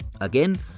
Again